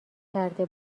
کرده